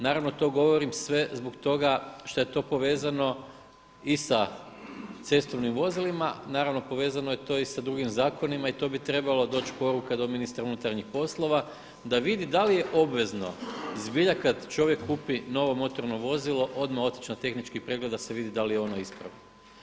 Naravno, to govorim sve zbog toga što je to povezano i sa cestovnim vozilima, naravno povezano je to i s drugim zakonima i to bi trebalo doći poruka do ministra unutarnjih poslova, da vidi da li je obvezno zbilja kad čovjek kupi novo motorno vozilo odmah otići na tehnički pregled da se vidi da li je ono ispravno.